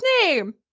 name